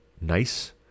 nice